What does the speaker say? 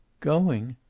going!